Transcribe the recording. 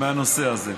מהנושא הזה.